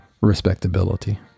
respectability